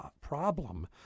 problem